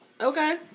Okay